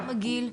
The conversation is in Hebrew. גם הגיל,